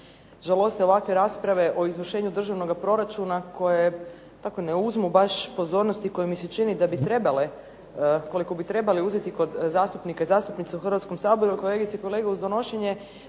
žaloste ovakve rasprave o izvršenju državnoga proračuna koje tako ne uzmu baš pozornost i koje mi se čini da bi trebale kod zastupnika i zastupnica u Hrvatskom saboru, kolegice i kolege, uz donošenje